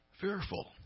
fearful